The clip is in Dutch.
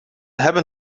hebben